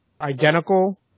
identical